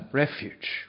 refuge